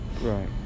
Right